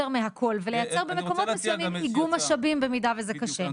מהכל ולייצר במקומות מסוימים איגום משאבים במידה וזה קשה.